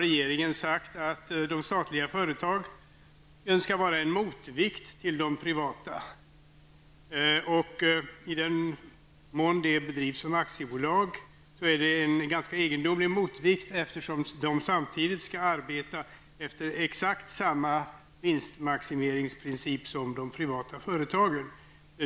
Regeringen har då sagt att de statliga företagen skall vara en motvikt till de privata. I den mån de bedrivs som aktiebolag är det en ganska egendomlig motvikt eftersom de samtidigt skall arbeta efter exakt samma vinstmaximeringsprincip som de privata företagen.